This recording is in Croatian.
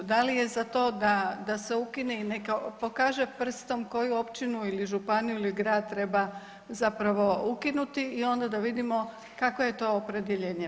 Da li je za to da se ukine i neka pokaže prstom koju općinu ili županiju ili grad treba zapravo ukinuti i onda da vidimo kakvo je to opredjeljenje.